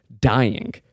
dying